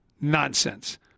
Nonsense